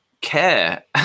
care